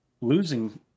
losing